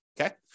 Okay